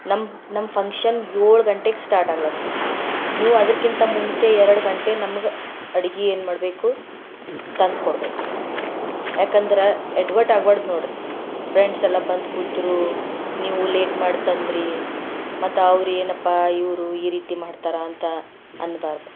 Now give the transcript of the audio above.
ನಮ್ಮ ನಮ್ಮ ಫಂಕ್ಷನ್ ಏಳು ಗಂಟೆಗೆ ಸ್ಟಾರ್ಟ್ ಆಗ್ಲತ್ತದ ನೀವು ಅದ್ರಕ್ಕಿಂತ ಮುಂಚೆ ಎರಡು ಗಂಟೆ ನಮಗೆ ಅಡುಗೆ ಏನು ಮಾಡಬೇಕು ತಂದು ಕೊಡಬೇಕು ರೀ ಯಾಕಂದ್ರೆ ಯಡವಟ್ಟು ಆಗ್ಬಾರ್ದು ನೋಡ್ರಿ ಫ್ರೆಂಡ್ಸ್ ಎಲ್ಲ ಬಂದು ಕೂತ್ರು ನೀವು ಲೇಟ್ ಮಾಡಿ ತಂದಿರಿ ಮತ್ತೆ ಅವರು ಏನಪ್ಪಾ ಇವರು ಈ ರೀತಿ ಮಾಡ್ತಾರೆ ಅಂತ ಅನ್ನಬಾರದು